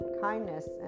kindness